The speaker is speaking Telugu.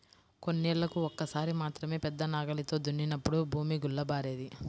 కొన్నేళ్ళకు ఒక్కసారి మాత్రమే పెద్ద నాగలితో దున్నినప్పుడు భూమి గుల్లబారేది